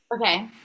Okay